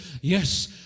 yes